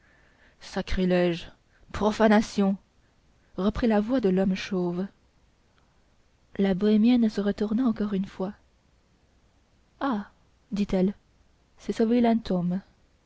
sacrilège profanation reprit la voix de l'homme chauve la bohémienne se retourna encore une fois ah dit-elle c'est ce